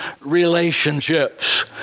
relationships